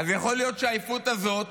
יכול להיות שהעייפות הזאת